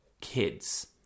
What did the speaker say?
kids